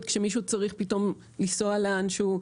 כשמישהו צריך פתאום לנסוע למקום כלשהו,